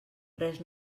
res